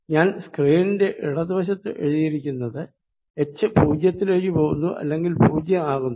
ഞാൻ സ്ക്രീനിന്റെ ഇടതു വശത്തു എഴുതിയിരിക്കുന്നത് h പൂജ്യത്തിലേക്ക് പോകുന്നു അല്ലെങ്കിൽ പൂജ്യം ആകുന്നു